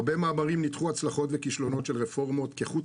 בהרבה --- נדחו הצלחות וכישלונות של רפורמות כחוט